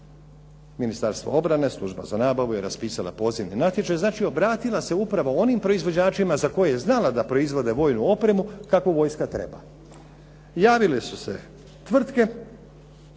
Ministarstva obrane, Služba za nabavu je raspisala pozivni natječaj. Znači, obratila se upravo onim proizvođačima za koje je znala da proizvode vojnu opremu kakvu vojska treba. Javile su se tvrtke,